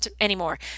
anymore